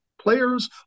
players